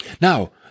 Now